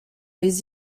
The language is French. les